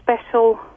special